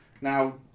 Now